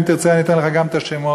ואם תרצה, אני אתן לך את השמות.